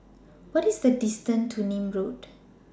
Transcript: What IS The distance to Nim Road